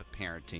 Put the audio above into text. parenting